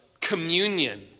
communion